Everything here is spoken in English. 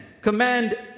command